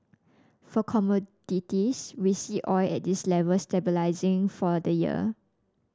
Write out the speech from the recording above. for commodities we see oil at this level stabilising for the year